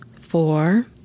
four